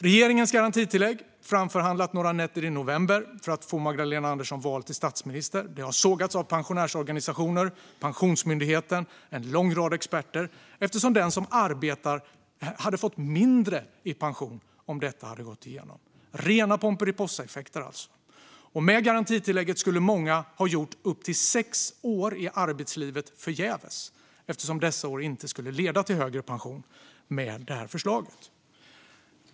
Regeringens garantitillägg, framförhandlat några nätter i november för att få Magdalena Andersson vald till statsminister, har sågats av pensionärsorganisationer, Pensionsmyndigheten och en lång rad experter, eftersom den som arbetar hade fått mindre i pension om detta hade gått igenom - rena pomperipossaeffekten, alltså. Med garantitillägget skulle många ha gjort upp till sex år i arbetslivet förgäves, eftersom dessa år inte skulle leda till högre pension med det här förslaget.